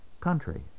country